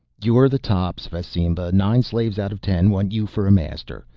you're the tops, fasimba, nine slaves out of ten want you for a master.